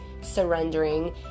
surrendering